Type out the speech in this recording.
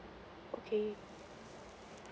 okay